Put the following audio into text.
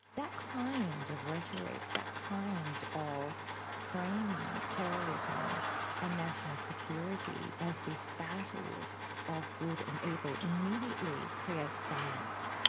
that kind of rhetoric, that kind of framing terrorism and national security as this battle of good and evil immediately creates sides.